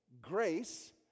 grace